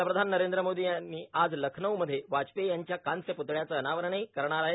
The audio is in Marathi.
पंतप्रधान नरेंद्र मोदी आज लखनऊ मध्ये वाजपेयी यांच्या कांस्य प्तळयाचं अनावरणही करणार आहेत